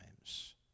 times